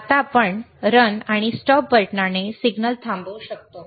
आता आपण रन आणि स्टॉप बटणाने सिग्नल थांबवू शकतो